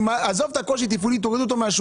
עזוב את הקושי התפעולי, תוריד אותו מן השולחן.